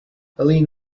helene